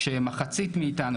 שמחצית מאיתנו,